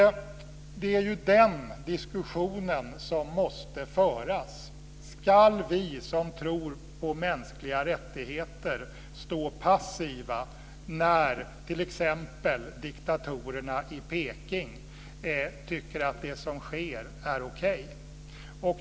Det är den diskussionen som måste föras: Ska vi som tror på mänskliga rättigheter stå passiva när t.ex. diktatorerna i Beijing tycker att det som sker är okej?